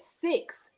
six